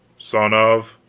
son of?